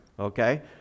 Okay